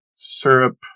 syrup